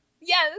Yes